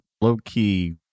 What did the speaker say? low-key